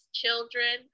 children